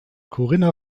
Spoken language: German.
corinna